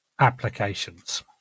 Applications